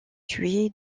tué